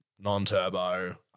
non-turbo